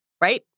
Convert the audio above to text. right